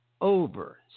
over